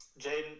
Jaden